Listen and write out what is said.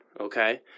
okay